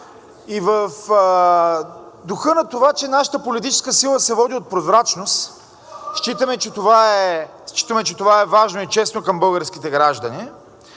и в духа на това, че нашата политическа сила се води от прозрачност, считаме, че това е важно и честно към българските граждани.